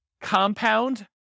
compound